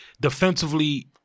defensively